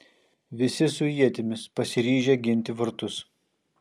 visi su ietimis pasiryžę ginti vartus